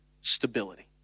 stability